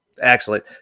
Excellent